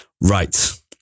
Right